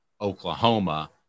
Oklahoma